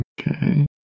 Okay